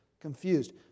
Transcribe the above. confused